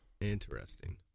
Interesting